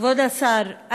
כבוד השר,